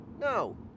No